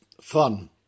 fun